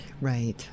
Right